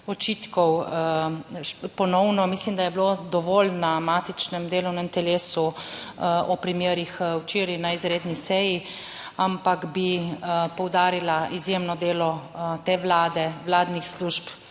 očitkov ponovno, mislim, da je bilo dovolj na matičnem delovnem telesu o primerih, včeraj na izredni seji, ampak bi poudarila izjemno delo te Vlade, vladnih služb,